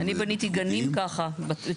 בניתי ככה גנים, בית ספר.